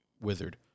Wizard